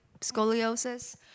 scoliosis